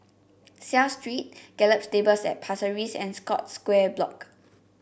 Seah Street Gallop Stables at Pasir Ris and Scotts Square Block